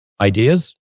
ideas